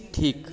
ঠিক